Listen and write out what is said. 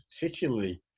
particularly